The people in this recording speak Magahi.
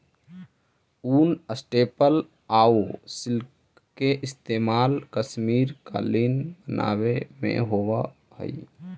ऊन, स्टेपल आउ सिल्क के इस्तेमाल कश्मीरी कालीन बनावे में होवऽ हइ